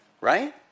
Right